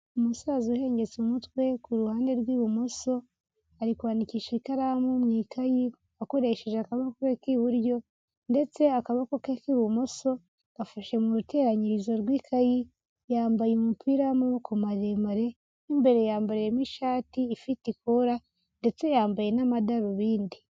Umusaza uhengetse umutwe ku ruhande rw'ibumoso, arikwandikisha ikaramu mu ikayi akoresheje akaboke k'iburyo ndetse akaboko ke k'ibumoso gafashe mu ruteranyirizo rw'ikayi, yambaye umupira w'amaboko maremare y'imbere yambamo ishati ifite ikola ndetse yambaye n'amadarubindi.